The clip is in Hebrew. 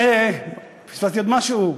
ופספסתי עוד משהו?